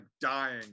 dying